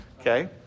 Okay